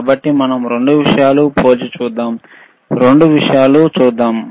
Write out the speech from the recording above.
కాబట్టి మనం రెండు విషయాలను పోల్చి చూద్దాం రెండు విషయాలు చూద్దాం